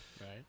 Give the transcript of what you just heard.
Right